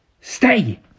stay